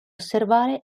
osservare